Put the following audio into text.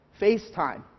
FaceTime